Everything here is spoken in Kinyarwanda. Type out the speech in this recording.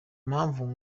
mpamvu